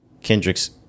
Kendrick's